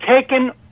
taken